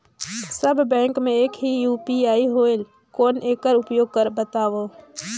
सब bank मे एक ही यू.पी.आई होएल कौन एकर उपयोग बताव?